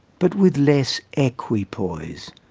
but with less equipoise.